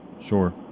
Sure